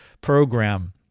program